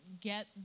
get